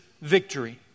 victory